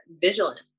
vigilant